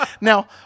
now